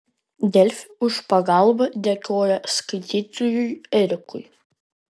delfi už pagalbą dėkoja skaitytojui erikui